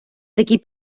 такий